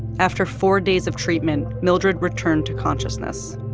after four days of treatment, mildred returned to consciousness.